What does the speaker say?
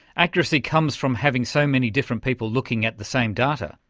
accuracy comes from having so many different people looking at the same data,